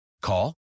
Call